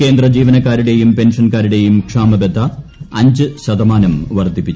കേന്ദ്ര ജീവനക്കാരുടെയും പെൻഷൻകാരുടെയും ക്ഷാമബത്ത അഞ്ച് ശതമാനം വർദ്ധിപ്പിച്ചു